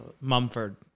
Mumford